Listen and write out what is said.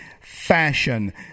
fashion